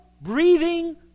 breathing